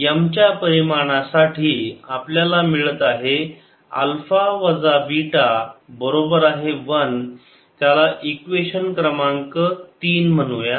M च्या परिमाणासाठी आपल्याला मिळत आहे अल्फा वजा बीटा बरोबर आहे 1 त्याला इक्वेशन क्रमांक तीन म्हणूया